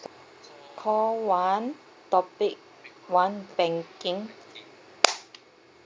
call one topic one banking